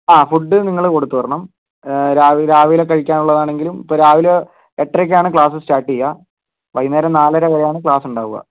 ആ ഫുഡ് നിങ്ങള് കൊടുത്ത് വിടണം രാവിലെ രാവിലെ കഴിക്കാൻ ഉള്ളത് ആണെങ്കിലും ഇപ്പോൾ രാവിലെ എട്ട് അരക്ക് ആണ് ക്ലാസ്സ് സ്റ്റാർട്ട് ചെയ്യുക വൈകുന്നേരം നാലര വരെയാണ് ക്ലാസ്സ് ഉണ്ടാകുക